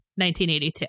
1982